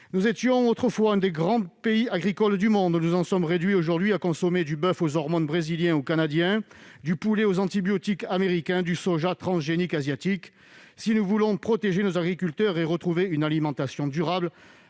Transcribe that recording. Nous étions autrefois l'un des plus grands pays agricoles du monde. Nous en sommes aujourd'hui réduits à consommer du boeuf aux hormones brésilien ou canadien, du poulet aux antibiotiques américain, du soja transgénique asiatique. Si nous voulons protéger nos agriculteurs et retrouver une alimentation durable,